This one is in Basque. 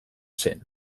zen